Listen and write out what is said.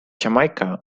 jamaica